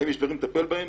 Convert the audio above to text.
האם יש דברים לטפל בהם?